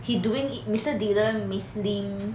he doin~ mister dylan miss ling